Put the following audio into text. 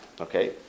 Okay